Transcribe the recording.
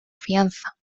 fianza